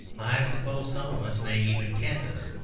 i suppose some of us may even canvass.